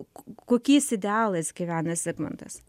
kokiais idealais gyvena zigmantas